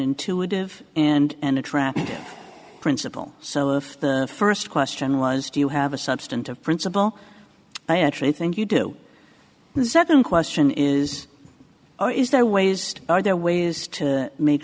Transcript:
intuitive and a trap principle so if the first question was do you have a substantive principle i actually think you do the second question is or is there ways are there ways to make